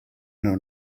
nhw